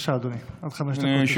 אני לא יכול,